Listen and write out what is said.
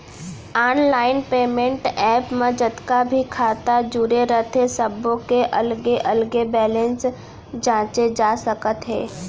online payment app म जतका भी खाता जुरे रथे सब्बो के अलगे अलगे बेलेंस जांचे जा सकत हे